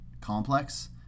complex